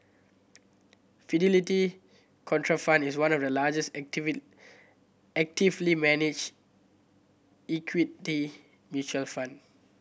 Fidelity Contrafund is one of the largest actively managed equity mutual fund